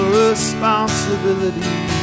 responsibility